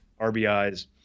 RBIs